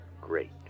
Great